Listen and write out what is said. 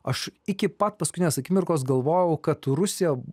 aš iki pat paskutinės akimirkos galvojau kad rusija